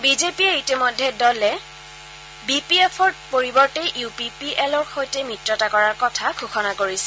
বিজেপিয়ে ইতিমধ্যে দলে বি পি এফৰ পৰিৱৰ্তে ইউ পি পি এলৰ সৈতে মিত্ৰতা কৰাৰ কথা ঘোষণা কৰিছে